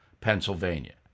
Pennsylvania